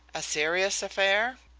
a serious affair?